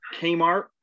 Kmart